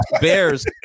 Bears